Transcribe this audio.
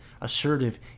assertive